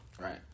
Right